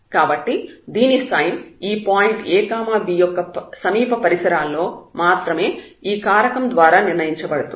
కాబట్టి దీని సైన్ ఈ పాయింట్ ab యొక్క సమీప పరిసరాల్లో నైబర్హుడ్ లో మాత్రమే ఈ కారకం ఫాక్టర్ ద్వారా నిర్ణయించబడుతుంది